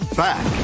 back